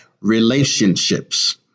relationships